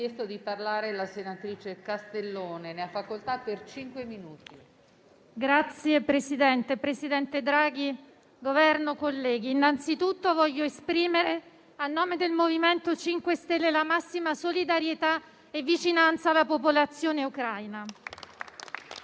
Signor Presidente, signor presidente Draghi, Governo, colleghi, innanzitutto voglio esprimere, a nome del MoVimento 5 Stelle, la massima solidarietà e vicinanza alla popolazione ucraina.